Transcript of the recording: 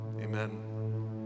amen